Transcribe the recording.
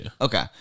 Okay